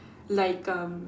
like um